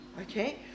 okay